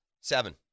Seven